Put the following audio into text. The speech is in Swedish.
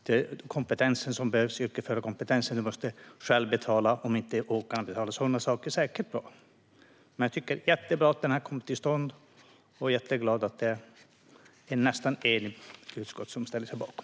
Den yrkesförarkompetens som behövs måste man själv betala för om inte åkaren gör det. Sådana saker är säkert bra. Men jag tycker att det är jättebra att detta har kommit till stånd och att ett nästan enigt utskott ställer sig bakom.